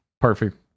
Perfect